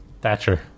Thatcher